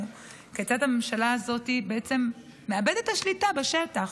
כיצד הממשלה הזאת בעצם מאבדת את השליטה בשטח.